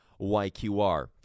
YQR